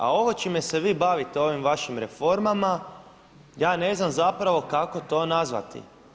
A ovo čime se vi bavite ovim vašim reformama ja ne znam zapravo kako to nazvati.